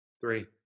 Three